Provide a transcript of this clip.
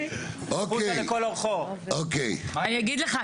אני אגיד לך,